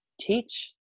teach